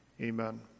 Amen